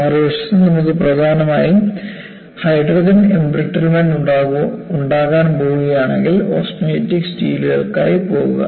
മറുവശത്ത് നമുക്ക് പ്രധാനമായും ഹൈഡ്രജൻ എംബ്രിറ്റ്മെന്റ് ഉണ്ടാകാൻ പോകുകയാണെങ്കിൽ ഓസ്റ്റെനിറ്റിക് സ്റ്റീലുകൾക്കായി പോകുക